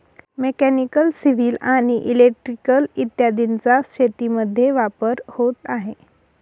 mechanical, civil आणि electrical इत्यादींचा शेतीमध्ये वापर होत आहे